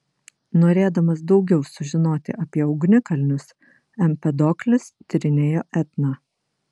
norėdamas daugiau sužinoti apie ugnikalnius empedoklis tyrinėjo etną